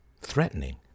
threatening